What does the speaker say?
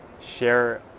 share